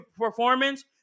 performance